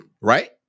Right